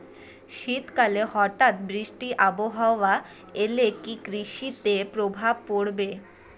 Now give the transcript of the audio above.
শীত কালে হঠাৎ বৃষ্টি আবহাওয়া এলে কি কৃষি তে প্রভাব পড়বে?